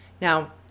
Now